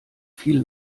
viel